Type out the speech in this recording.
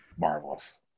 marvelous